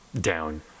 down